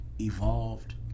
evolved